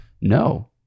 no